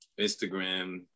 Instagram